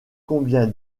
combien